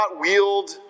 wield